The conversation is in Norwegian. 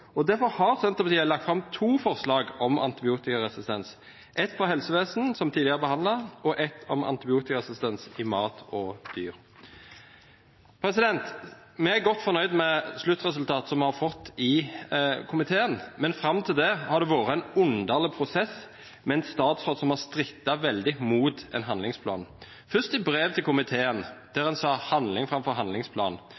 Derfor har Senterpartiet lagt fram to forslag om antibiotikaresistens, ett for helsevesenet, som tidligere er behandlet, og ett om antibiotikaresistens i mat og dyr. Vi er godt fornøyd med sluttresultatet som vi har fått i komiteen, men fram til det har det vært en underlig prosess, med en statsråd som har strittet veldig imot en handlingsplan, først i brev til komiteen der en sa handling framfor handlingsplan.